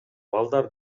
балдар